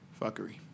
Fuckery